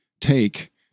take